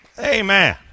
Amen